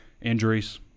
injuries